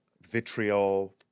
vitriol